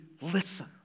listen